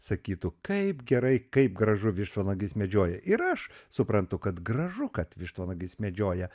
sakytų kaip gerai kaip gražu vištvanagis medžioja ir aš suprantu kad gražu kad vištvanagis medžioja